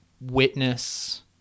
witness